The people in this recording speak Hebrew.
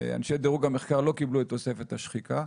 אנשי דירוג המחקר לא קיבלו את תוספת השחיקה.